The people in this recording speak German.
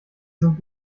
sind